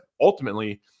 ultimately